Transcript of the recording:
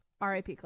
RIP